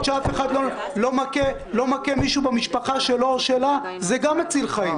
שאף אחד לא מכה מישהו במשפחה שלו או שלה זה גם מציל חיים.